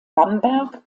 bamberg